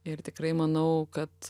ir tikrai manau kad